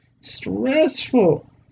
Stressful